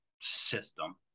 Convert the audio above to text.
system